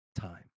time